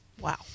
Wow